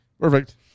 Perfect